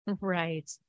Right